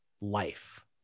life